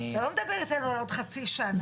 אתה לא מדבר איתנו על עוד חצי שנה.